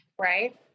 Right